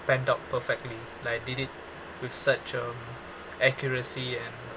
planned out perfectly like I did it with such um accuracy and